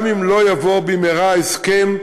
גם אם לא יבוא במהרה הסכם,